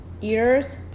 ears